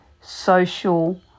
social